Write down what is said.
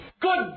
Good